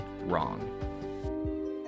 wrong